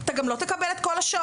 אתה גם לא תקבל את כל השעות.